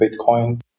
Bitcoin